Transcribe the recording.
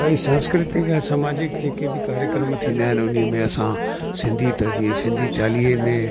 भई संस्कृतिक ऐं सामाजिक जेके बि कार्यक्रम थींदा आहिनि उन में असां सिंधी त जीअं सिंधी चालीहे में